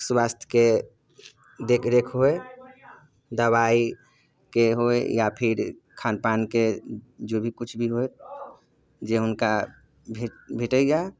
स्वास्थ्यके देखरेख होइ दवाइके होइ या फेर खानपानके जेभी किछु भी होइ जे हुनका भेटै भेटैए